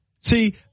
See